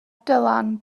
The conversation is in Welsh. dylan